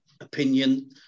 opinion